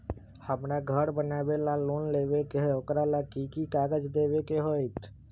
हमरा घर बनाबे ला लोन लेबे के है, ओकरा ला कि कि काग़ज देबे के होयत?